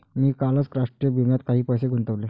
मी कालच राष्ट्रीय विम्यात काही पैसे गुंतवले